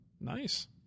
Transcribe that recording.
Nice